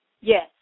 Yes